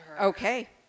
Okay